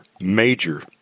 major